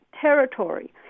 territory